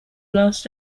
last